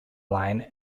line